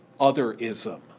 otherism